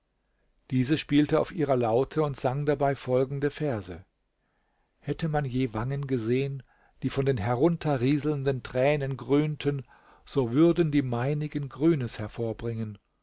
diese spielte auf ihrer laute und sang dabei folgende verse hätte man je wangen gesehen die von den herunterrieselnden tränen grünten so würden die meinigen grünes hervorbringen